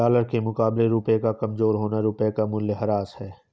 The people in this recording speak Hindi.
डॉलर के मुकाबले रुपए का कमज़ोर होना रुपए का मूल्यह्रास है